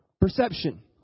perception